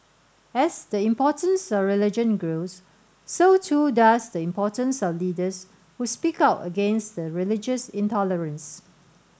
as the importance of religion grows so too does the importance of leaders who speak out against the religious intolerance